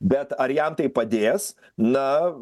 bet ar jam tai padės na